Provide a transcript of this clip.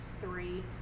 three